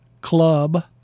Club